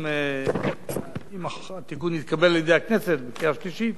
אם התיקון יתקבל על-ידי הכנסת בקריאה השלישית,